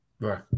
right